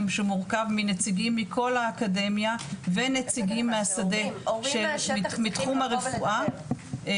שמורכב מנציגים מכל האקדמיה ונציגים מהשדה מתחום הרפואה,